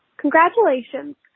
congratulations.